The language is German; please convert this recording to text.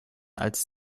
als